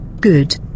good